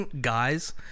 guys